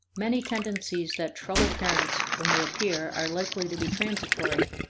many tendencies that trouble parents when they appear are likely to be transitory,